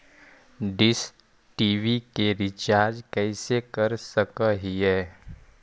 Dish TV के recharge कैसे कर सक हिय?